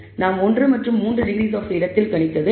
நாம் 1 மற்றும் 3 degrees of பிரீடத்தில் கணித்தது 99